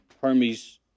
Hermes